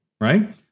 right